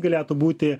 galėtų būti